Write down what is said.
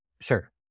sure